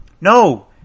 No